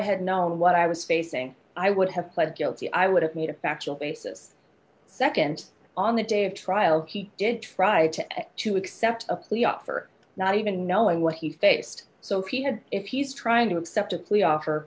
had known what i was facing i would have pled guilty i would have made a factual basis nd on the day of trial he did try to accept a plea offer not even knowing what he faced so he had if used trying to accept a plea offer